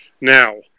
Now